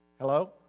Hello